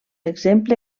exemple